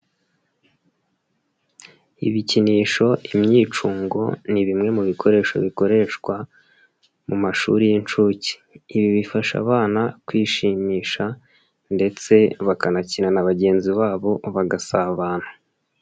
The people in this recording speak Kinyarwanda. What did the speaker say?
Ibikinisho, imyicungo ni bimwe mu bikoresho bikoreshwa mu mashuri y'inshuke. Ibi bifasha abana kwishimisha ndetse bakanakina na bagenzi babo, bagasabana.